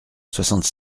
soixante